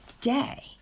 day